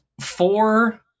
Four